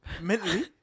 Mentally